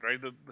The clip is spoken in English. right